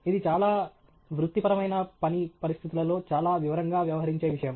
ఇది చాలా వృత్తిపరమైన పని పరిస్థితులలో చాలా వివరంగా వ్యవహరించే విషయం